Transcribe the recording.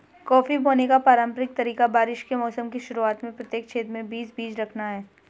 coffee बोने का पारंपरिक तरीका बारिश के मौसम की शुरुआत में प्रत्येक छेद में बीस बीज रखना है